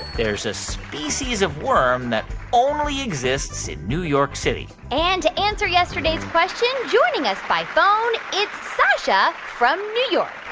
there's a species of worm that only exists in new york city? and to answer yesterday's question, joining us by phone, it's sasha from new york.